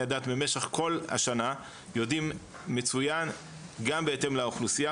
הדת במשך כל השנה יודעים מצוין גם בהתאם לאוכלוסייה,